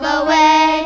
away